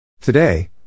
Today